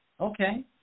Okay